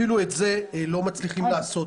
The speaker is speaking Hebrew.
אפילו את זה לא מצליחים לעשות.